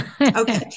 Okay